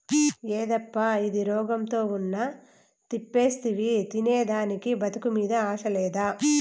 యేదప్పా ఇది, రోగంతో ఉన్న తెప్పిస్తివి తినేదానికి బతుకు మీద ఆశ లేదా